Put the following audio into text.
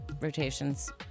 rotations